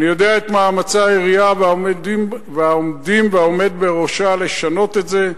אני יודע את מאמצי העירייה והעומדים והעומד בראשה לשנות את זה,